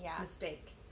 mistake